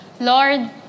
Lord